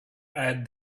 add